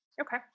Okay